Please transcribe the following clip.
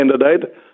candidate